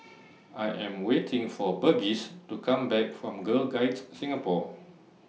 I Am waiting For Burgess to Come Back from Girl Guides Singapore